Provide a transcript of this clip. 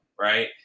Right